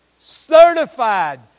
certified